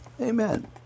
Amen